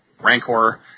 Rancor